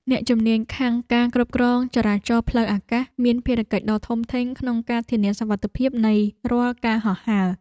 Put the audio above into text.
អ្នកជំនាញខាងការគ្រប់គ្រងចរាចរណ៍ផ្លូវអាកាសមានភារកិច្ចដ៏ធំធេងក្នុងការធានាសុវត្ថិភាពនៃរាល់ការហោះហើរ។